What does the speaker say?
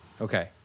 Okay